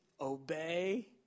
obey